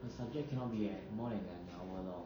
the subject cannot be like more than an hour long